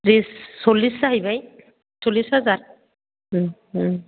बिस सल्लिस जाहैबाय सल्लिस हाजार उम उम